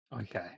Okay